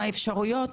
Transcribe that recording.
מה האפשרויות.